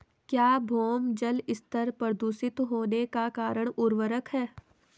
क्या भौम जल स्तर प्रदूषित होने का कारण उर्वरक है?